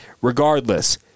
regardless